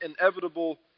inevitable